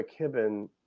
McKibben